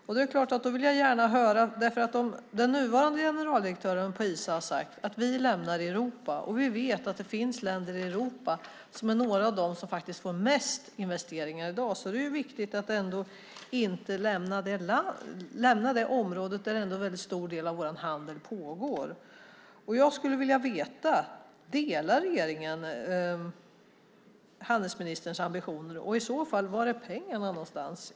Om den nuvarande generaldirektören på Isa har sagt att vi lämnar Europa och vi vet att det finns länder i Europa som är några av dem som får mest investeringar i dag är det viktigt att inte lämna det området där en stor del av vår handel pågår. Jag skulle vilja veta: Delar regeringen handelsministerns ambitioner? I så fall, var är pengarna någonstans?